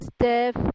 step